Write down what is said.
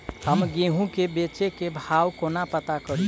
हम गेंहूँ केँ बेचै केँ भाव कोना पत्ता करू?